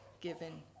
given